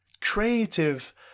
creative